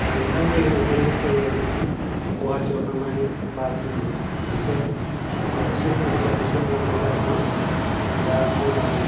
नोंथांनि एजेन्टनि थ्रु'यै गुवाहाटिआव थांनाय बासनि मोनसे सिट रिजर्भेसन लानाय जादोंमोन दा आङो